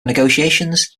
negotiations